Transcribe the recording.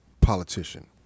politician